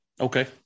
okay